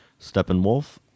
Steppenwolf